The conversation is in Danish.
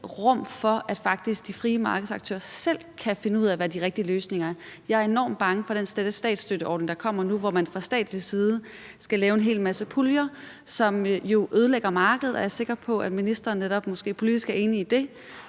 rum for, at de frie markedsaktører selv kan finde ud af, hvad de rigtige løsninger er. Jeg er enormt bange for den statsstøtteordning, der kommer nu, hvor man fra statslig side skal lave en hel masse puljer, som ødelægger markedet, og jeg er sikker på, at ministeren måske netop er